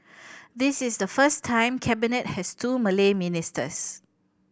this is the first time Cabinet has two Malay ministers